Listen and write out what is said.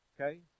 okay